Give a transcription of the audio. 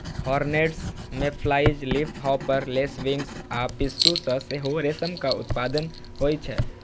hornets, mayflies, leafhopper, lacewings आ पिस्सू सं सेहो रेशमक उत्पादन होइ छै